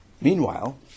meanwhile